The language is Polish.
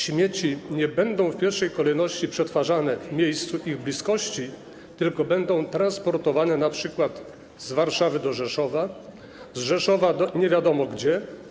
Śmieci nie będą w pierwszej kolejności przetwarzane w miejscu ich bliskości, tylko będą transportowane np. z Warszawy do Rzeszowa, z Rzeszowa nie wiadomo gdzie.